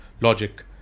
logic